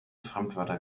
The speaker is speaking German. fremdwörter